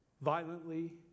violently